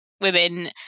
women